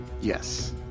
Yes